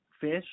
Fish